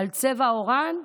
על צבע עורן.